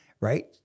right